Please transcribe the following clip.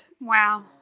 Wow